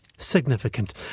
significant